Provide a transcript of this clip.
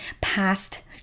past